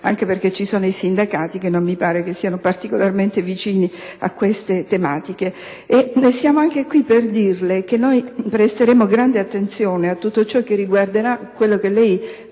anche perché ci sono i sindacati, che non mi sembra siano particolarmente vicini a queste tematiche. Siamo qui anche per dirle che presteremo grande attenzione a tutto ciò che riguarderà quello che lei